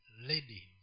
lady